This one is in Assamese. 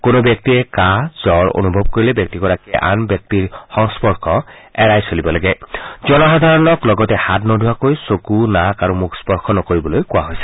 কোনো ব্যক্তিয়ে কাহ আৰু জ্বৰ অনুভৱ কৰিলে ব্যক্তিগৰাকীয়ে আন ব্যক্তিৰ সংস্পৰ্শ এৰাই চলিব লাগে জনসাধাৰণক লগতে হাত নোধোৱাকৈ চকু নাক আৰু মুখ স্পৰ্শ নকৰিবলৈ কোৱা হৈছে